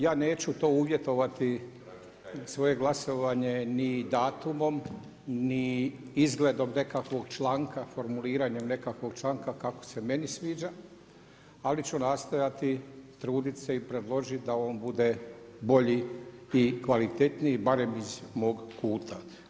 Ja neću to uvjetovati svoje glasovanje ni datumom, ni izgledom nekakvog članka, formuliranjem nekakvog članka, kako se meni sviđa, ali ću nastojati truditi se i predložiti da on bude bolji i kvalitetniji barem iz mog kuta.